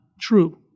true